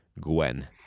Gwen